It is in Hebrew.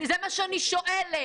זה מה שאני שואלת.